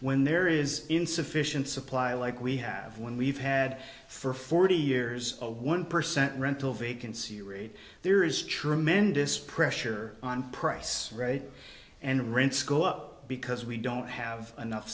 when there is insufficient supply like we have when we've had for forty years a one percent rental vacancy rate there is tremendous pressure on price and rents go up because we don't have enough